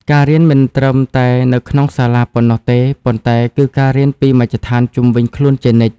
ការរៀនមិនត្រឹមតែនៅក្នុងសាលាប៉ុណ្ណោះទេ ប៉ុន្តែគឺការរៀនពីមជ្ឈដ្ឋានជុំវិញខ្លួនជានិច្ច។